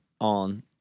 on